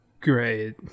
great